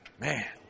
man